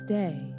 day